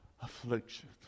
affliction